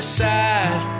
side